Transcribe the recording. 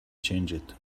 changed